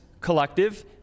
collective